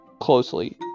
closely